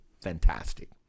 fantastic